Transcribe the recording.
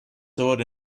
sword